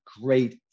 great